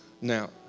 Now